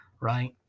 right